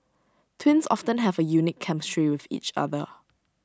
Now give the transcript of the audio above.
twins often have A unique chemistry with each other